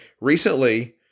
recently